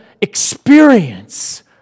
experience